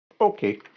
Okay